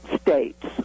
states